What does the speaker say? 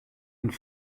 and